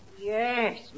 Yes